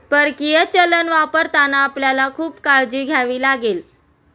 परकीय चलन वापरताना आपल्याला खूप काळजी घ्यावी लागेल